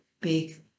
big